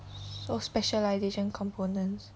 so specialisation components